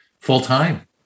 full-time